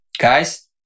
guys